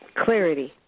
Clarity